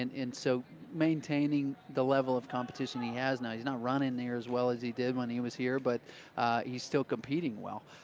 and and so maintaining the level of competition he has, he's not running near as well as he did when he was here, but he's still competing well.